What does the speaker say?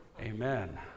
Amen